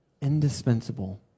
Indispensable